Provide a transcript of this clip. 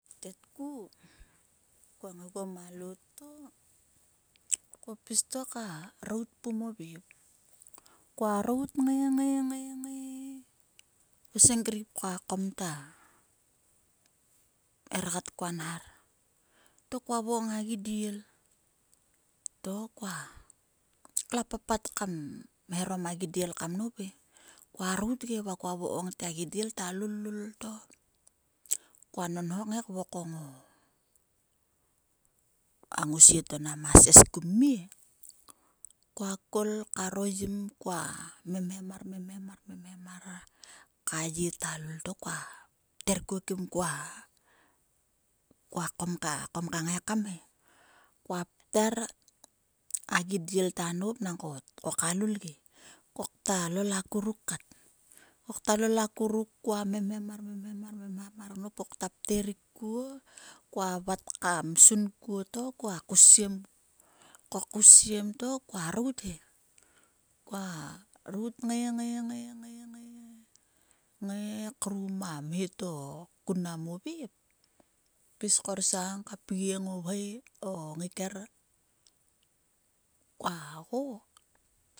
Tetku kua ngai gua ma loot kua ngai guo ma loot kpis kuo ma loot to kua rout pum o vep kua rout kngai nghai ngai. T kua senkrip ko a kom ta rgat kua nhar, to kua vokom a gidiel tokua va kla papat kam eharpm a gidiel kam nop e kua rout ge. Va vokom a gidiel ta lul ge. To nho nho nkngai to kvokong a ngousie to nama ses kum mie. Kua kol karo yim ka memhemmar memhem mar memhem mar to ka ye ta lul to kua pter kua ma kom ka ngaikam he. Kua pter a gidiel ta nop vako tkoka lul ge. Kokta lol akuruk kat. Kokta lol akuruk kua memhem mar memhem mar to kta pter rik kuo kua vut ka msun kuo to kua kousiem ko bkousiem to kua he. kua rout kngai ngai ngai ngai rum a mhe to kun mnaim o vep kpis korsang ka pgieng o vhoe o ngaiker kua go